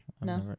No